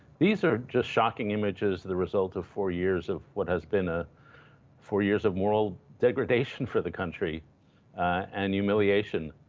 these are just shocking images, the result of four years of what has been a four years of moral degradation for the country and humiliation.